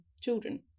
children